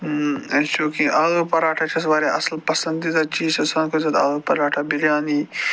اَسہِ چھُ کہِ آلوٗ پرٛاٹھا چھِ اَسہِ واریاہ اَصٕل پَسنٛدیٖدہ چیٖز چھِ اَسہِ سارکُے زیادٕ آلوٗ پرٛاٹھا بریانی